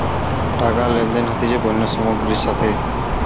টাকা লেনদেন হতিছে পণ্য সামগ্রীর সাথে